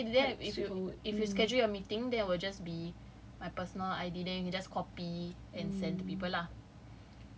so like let's say if you schedule a meeting then it will just be my personal I_D then you just copy and send to people lah